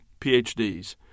PhDs